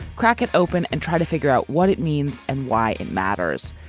crack it open and try to figure out what it means and why it matters.